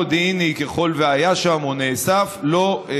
מכיוון שהיו כמה מבצעים למסירה ואיסוף של כלי